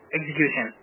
Execution